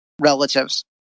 relatives